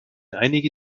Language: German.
einige